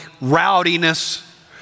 rowdiness